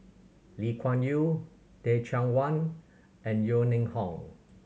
Lee Kuan Yew Teh Cheang Wan and Yeo Ning Hong